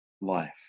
life